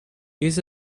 use